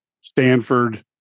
Stanford